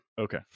okay